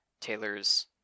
Taylor's